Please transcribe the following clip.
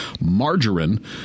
margarine